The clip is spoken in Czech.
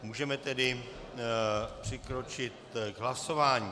Můžeme tedy přikročit k hlasování.